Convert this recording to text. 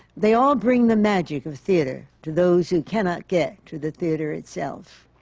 they all bring the magic of theatre to those who cannot get to the theatre itself.